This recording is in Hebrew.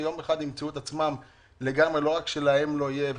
ויום אחד ימצאו את עצמם שלא רק שלהם לא יהיה כלום,